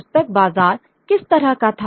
पुस्तक बाजार किस तरह का था